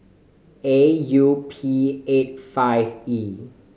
A U P eighty five E